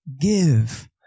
give